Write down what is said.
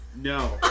no